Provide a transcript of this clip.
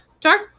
Dark